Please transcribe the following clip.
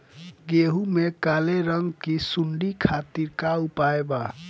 गेहूँ में काले रंग की सूड़ी खातिर का उपाय बा?